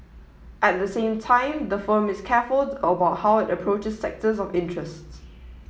at the same time the firm is careful about how it approaches sectors of interests